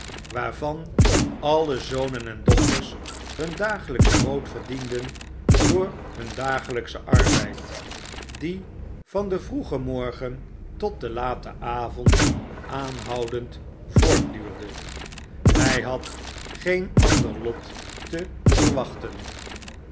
waarvan alle zonen en dochters hun dagelyksch brood verdienden door hun dagelykschen arbeid die van den vroegen morgen tot den laten avond aanhoudend voortduurde hj had geen ander lot te verwachten